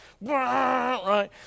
right